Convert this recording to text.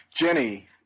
Jenny